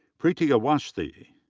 preeti awasthi.